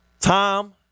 Tom